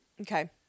Okay